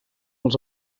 els